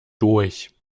durch